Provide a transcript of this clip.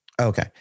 Okay